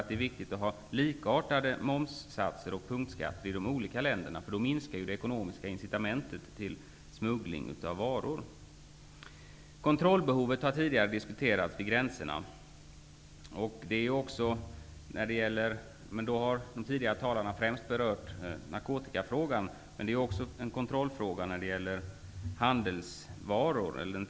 Det är viktigt att ha likartade momssatser och punktskatter i de olika länderna, därför att då minskar det ekonomiska incitamentet till smuggling av varor. Kontrollbehovet vid gränserna har tidigare diskuterats. De tidigare talarna har då främst berört narkotikafrågan, men det är också en kontrollfråga när det gäller den traditionella handeln.